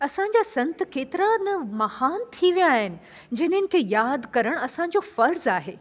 असांजा संत केतिरा न महान थी विया आहिनि जिन्हनि खे यादि करणु असांजो फ़र्ज़ु आहे